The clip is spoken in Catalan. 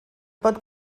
pot